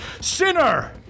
Sinner